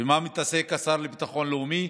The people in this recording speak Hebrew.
במה מתעסק השר לביטחון לאומי?